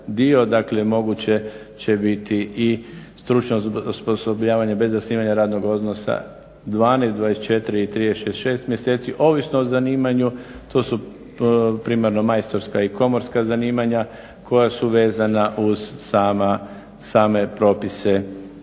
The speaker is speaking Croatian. dakle moguće će biti i stručno osposobljavanje bez zasnivanja radnog odnosa 12, 24 i 36 mjeseci ovisno o zanimanju. To su primarno majstorska i komorska zanimanja koja su vezana uz same propise koja